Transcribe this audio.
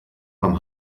beim